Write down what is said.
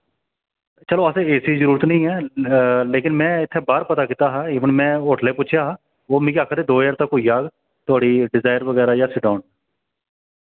चलो असें एसी दी जरूरत नेईं ऐ लेकन में इत्थै बाह्र पता कीता हा इवन में होटल पुच्छेआ हा ओह् मिगी आखा दे दो ज्हार तक होई जाग थोआढ़ी डिजाइर बगैरा जां सेडान